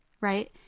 right